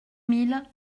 mille